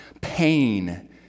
pain